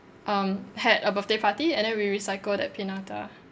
um had a birthday party and then we recycle that pinata